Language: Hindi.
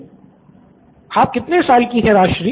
स्टूडेंट 1 आप कितने साल की हैं राजश्री